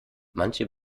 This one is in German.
manche